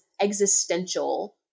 existential